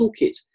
Toolkit